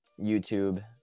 youtube